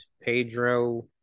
Pedro